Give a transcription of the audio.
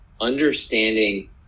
understanding